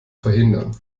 verhindern